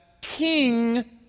king